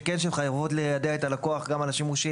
שכן הן חייבות ליידע את הלקוח גם על השימושים.